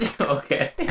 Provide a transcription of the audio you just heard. Okay